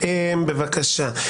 בבקשה.